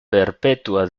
perpetua